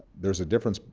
there's a difference